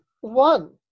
one